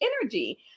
energy